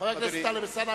חבר הכנסת טלב אלסאנע,